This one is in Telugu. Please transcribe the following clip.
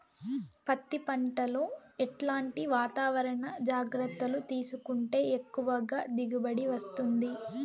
పత్తి పంట లో ఎట్లాంటి వాతావరణ జాగ్రత్తలు తీసుకుంటే ఎక్కువగా దిగుబడి వస్తుంది?